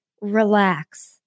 relax